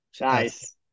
Nice